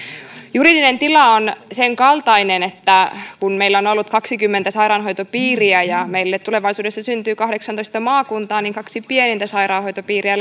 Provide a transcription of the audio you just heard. juridinen tila on senkaltainen että kun meillä on ollut kaksikymmentä sairaanhoitopiiriä ja meille tulevaisuudessa syntyy kahdeksantoista maakuntaa niin kaksi pienintä sairaanhoitopiiriä